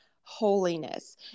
holiness